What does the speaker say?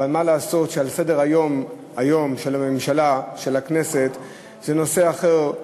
אבל מה לעשות שעל סדר-היום של הממשלה ושל הכנסת יש נושא אחר,